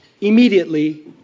immediately